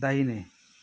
दाहिने